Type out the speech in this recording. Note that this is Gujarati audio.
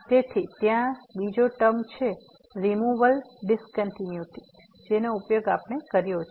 તેથી ત્યાં બીજો ટર્મ છે રીમુવેબલ ડીસકંટીન્યુટી જેનો ઉપયોગ આપણે કર્યો છે